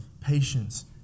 patience